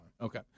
Okay